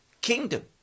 kingdom